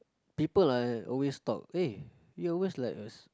people are always talk eh you always like us